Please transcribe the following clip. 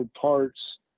parts